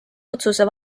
otsuse